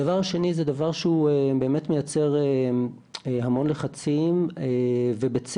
הדבר השני זה דבר שהוא באמת מייצר המון לחצים ובצדק,